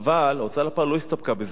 אבל ההוצאה לפועל לא הסתפקה בזה: